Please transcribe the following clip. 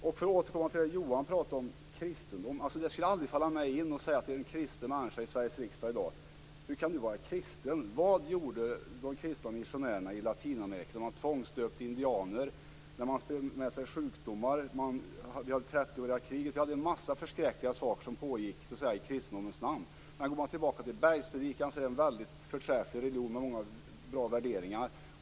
Jag vill återkomma till det Johan Lönnroth pratade om - kristendom. Det skulle aldrig falla mig in att fråga en kristen människa i Sveriges riksdag i dag hur han eller hon kan vara kristen med tanke på vad de kristna missionärerna gjorde i Latinamerika. Man tvångsdöpte indianer och spred sjukdomar. Vi har 30 åriga kriget. Det pågick en massa förskräckliga saker i kristendomens namn. Men går man tillbaka till bergspredikan ser man att det är en förträfflig religion med många bra värderingar.